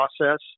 process